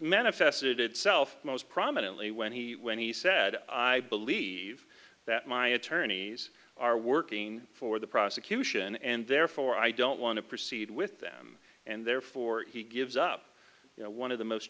manifested itself most prominently when he when he said i believe that my attorneys are working for the prosecution and therefore i don't want to proceed with them and therefore he gives up one of the most